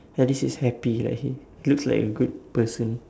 ya this is happy like he looks like a good person